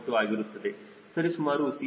2 ಆಗಿರುತ್ತದೆ ಸರಿಸುಮಾರು 𝐶L